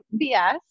BS